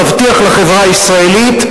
תבטיח לחברה הישראלית,